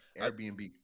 Airbnb